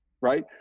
right